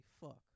fuck